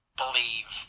believe